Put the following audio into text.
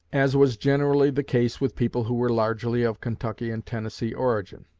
as was generally the case with people who were largely of kentucky and tennessee origin.